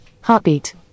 heartbeat